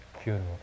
funeral